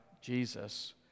Jesus